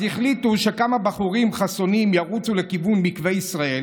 אז החליטו שכמה בחורים חסונים ירוצו לכיוון מקווה ישראל